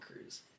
Cruise